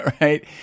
Right